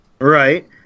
Right